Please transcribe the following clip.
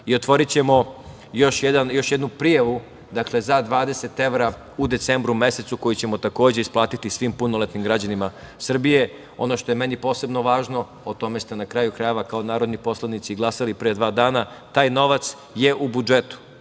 i otvorićemo još jednu prijavu za 20 evra u decembru mesecu, koju ćemo takođe isplatiti svim punoletnim građanima Srbije. Ono što je meni posebno važno, o tome ste na kraju krajeva kao narodni poslanici i glasali pre dva dana, taj novac je u budžetu,